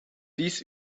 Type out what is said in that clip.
dies